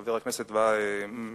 חבר הכנסת מגלי,